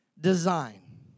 design